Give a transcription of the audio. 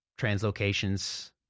translocations